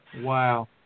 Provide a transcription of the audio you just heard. Wow